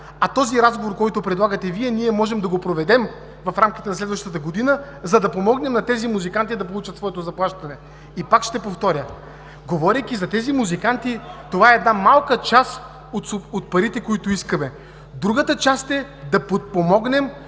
а този разговор, който предлагате Вие, можем да го проведем в рамките на следващата година, за да помогнем на тези музиканти да получат своето заплащане. Пак ще повторя, говорейки за тези музиканти, това е една малка част от парите, които искаме. Другата част е да подпомогнем